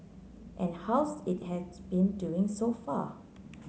and how's it has been doing so far